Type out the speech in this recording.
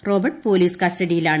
Robert police കസ്റ്റഡിയിലാണ്